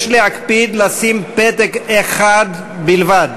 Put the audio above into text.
יש להקפיד לשים פתק אחד בלבד.